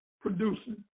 producing